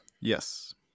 Yes